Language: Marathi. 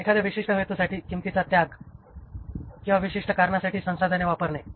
एखाद्या विशिष्ट हेतूसाठी किंमतीचा त्याग किंवा काही विशिष्ट कारणासाठी संसाधन वापरणे